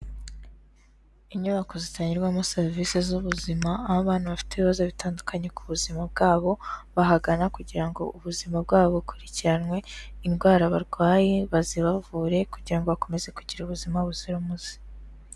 Inyubako zitangirwamo serivisi z'ubuzima, aho abana bafite ibibazo bitandukanye ku buzima bwabo, bahagana kugira ngo ubuzima bwabo bukurikiranwe, indwara barwaye bazibavure kugira ngo bakomeze kugira ubuzima buzira umuze.